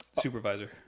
supervisor